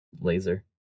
laser